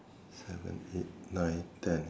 seven eight nine ten